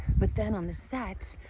but then, on the set,